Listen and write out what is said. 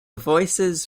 voices